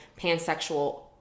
pansexual